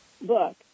book